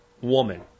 woman